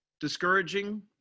discouraging